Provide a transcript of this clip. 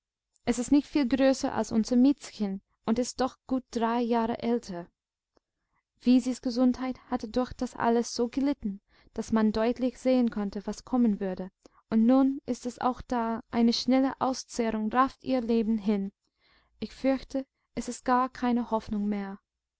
es ist nicht viel größer als unser miezchen und ist doch gut drei jahre älter wisis gesundheit hatte durch das alles so gelitten daß man deutlich sehen konnte was kommen würde und nun ist es auch da eine schnelle auszehrung rafft ihr leben hin ich fürchte es ist gar keine hoffnung mehr